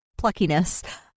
pluckiness